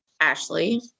ashley